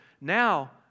now